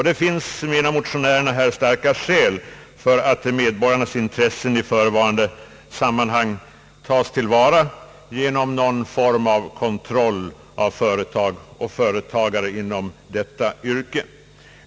Det finns, menar motionärerna, starka skäl för att medborgarnas intressen i förevarande sammanhang tas till vara genom någon form av kontroll av företagare inom detta yrke.